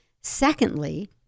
Secondly